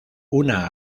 una